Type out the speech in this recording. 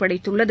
படைத்துள்ளது